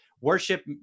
worship